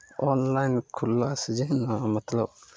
online खुललासँ जे हइ ने मतलब